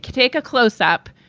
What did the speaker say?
take a close up.